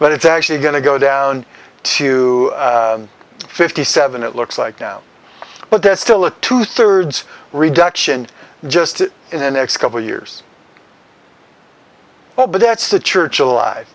but it's actually going to go down to fifty seven it looks like now but there's still a two thirds reduction just in the next couple years all but that's the church alive